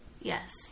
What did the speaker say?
Yes